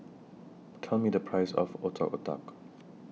Tell Me The Price of Otak Otak